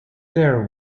there